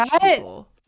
people